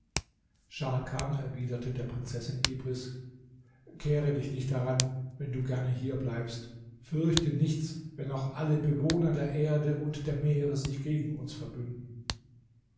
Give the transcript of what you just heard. scharkan erwiderte der prinzessin ibris kehre dich nicht daran wenn du gerne hier bleibst fürchte nichts wenn auch alle bewohner der erde und der meere sich gegen uns verbünden